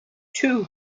two